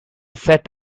sat